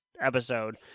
episode